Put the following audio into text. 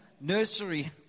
nursery